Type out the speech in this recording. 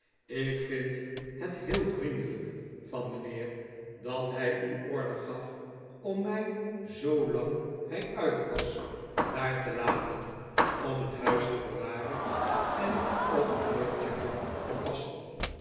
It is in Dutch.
ik vind het heel vriendelijk van mijnheer dat hij u order gaf om mij zoolang hij uit was daar te laten om het huis te bewaren en op mijnheer chuffey te passen